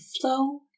Flow